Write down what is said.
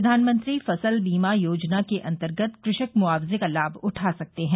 प्रधानमंत्री फसल बीमा योजना के अंतर्गत कृषक मुआवजे का लाभ उठा सकते हैं